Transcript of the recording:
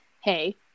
hey